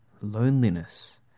loneliness